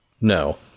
No